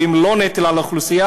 הם לא נטל על האוכלוסייה,